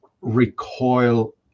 recoil